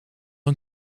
een